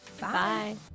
Bye